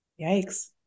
yikes